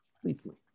Completely